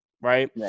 right